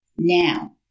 Now